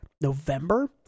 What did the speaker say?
November